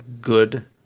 good